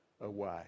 away